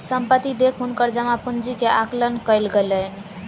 संपत्ति देख हुनकर जमा पूंजी के आकलन कयल गेलैन